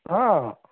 অঁ